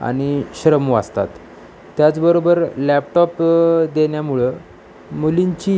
आणि श्रम वासतात त्याचबरोबर लॅपटॉप देण्यामुळं मुलींची